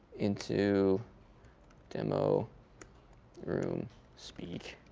into demo room speak.